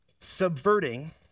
subverting